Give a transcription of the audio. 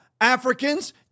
Africans